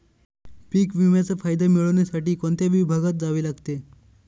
पीक विम्याचा फायदा मिळविण्यासाठी कोणत्या विभागात जावे लागते?